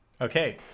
okay